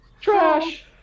Trash